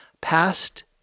past